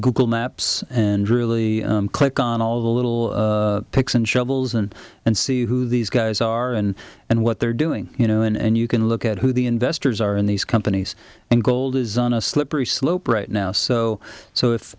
google maps and really click on all the little picks and shovels and and see who these guys are and and what they're doing you know and you can look at who the investors are in these companies and gold is on a slippery slope right now so so if